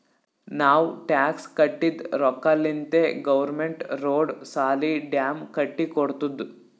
ನಾವ್ ಟ್ಯಾಕ್ಸ್ ಕಟ್ಟಿದ್ ರೊಕ್ಕಾಲಿಂತೆ ಗೌರ್ಮೆಂಟ್ ರೋಡ್, ಸಾಲಿ, ಡ್ಯಾಮ್ ಕಟ್ಟಿ ಕೊಡ್ತುದ್